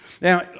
Now